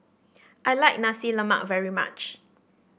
I like Nasi Lemak very much